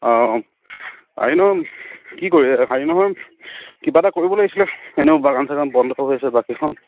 অঁ অঁ নহয় কি কৰি নহয় কিবা এটা কৰিব লাগিছিলে এনেও বাগান চাগান বন্ধ হৈছে বাকীখন